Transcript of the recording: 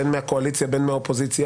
בין מהקואליציה ובין מהאופוזיציה,